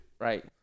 Right